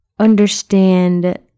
Understand